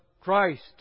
Christ